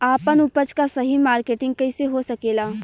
आपन उपज क सही मार्केटिंग कइसे हो सकेला?